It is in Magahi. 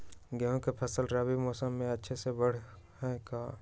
गेंहू के फ़सल रबी मौसम में अच्छे से बढ़ हई का?